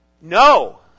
No